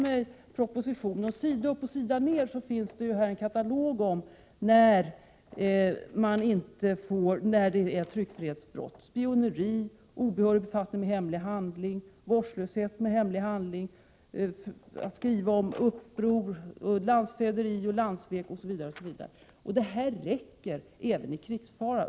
I propositionen finns, sida upp och sida ned, en katalog över vad som är tryckfrihetsbrott: spioneri, obehörig befattning med hemlig handling, vårdslöshet med hemlig handling, att skriva om uppror, landsförräderi, landssvek osv. Detta räcker även vid krigsfara.